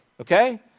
okay